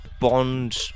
bond